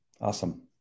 awesome